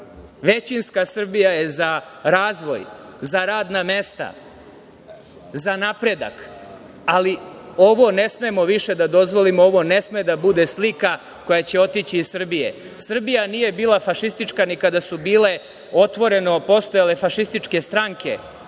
Većinska Srbija je za razvoj, za radna mesta, za napredak. Ali, ovo ne smemo više da dozvolimo, ovo ne sme da bude slika koja će otići iz Srbije. Srbija nije bila fašistička ni kada su otvoreno postojale fašističke stranke